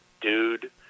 dude